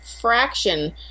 fraction